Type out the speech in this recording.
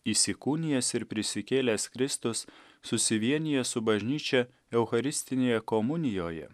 įsikūnijęs ir prisikėlęs kristus susivienija su bažnyčia eucharistinėje komunijoje